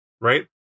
Right